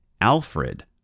Alfred